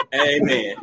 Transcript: Amen